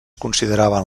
consideraven